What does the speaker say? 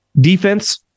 defense